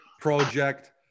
project